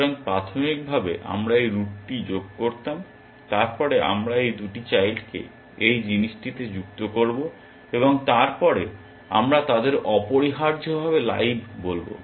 সুতরাং প্রাথমিকভাবে আমরা এই রুটটি যোগ করতাম তারপরে আমরা এই দুটি চাইল্ডকে এই জিনিসটিতে যুক্ত করব এবং তারপরে আমরা তাদের অপরিহার্যভাবে লাইভ বলব